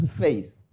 faith